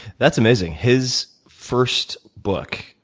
that's amazing. his first book,